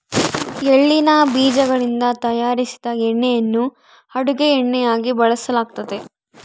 ಎಳ್ಳಿನ ಬೀಜಗಳಿಂದ ತಯಾರಿಸಿದ ಎಣ್ಣೆಯನ್ನು ಅಡುಗೆ ಎಣ್ಣೆಯಾಗಿ ಬಳಸಲಾಗ್ತತೆ